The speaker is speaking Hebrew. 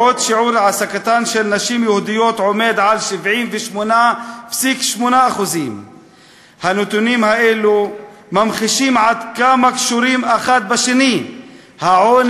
בעוד שיעור העסקתן של נשים יהודיות הוא 78.8%. הנתונים האלה ממחישים עד כמה קשורים זה בזה העוני,